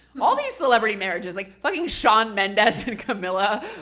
all these celebrity marriages. like fucking shawn mendes and camilla.